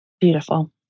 Beautiful